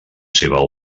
seva